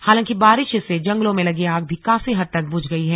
हालांकि बारिश से जंगलों में लगी आग भी काफी हद तक बुझ गई है